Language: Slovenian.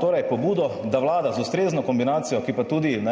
torej pobudo, da Vlada z ustrezno kombinacijo, ki pa tudi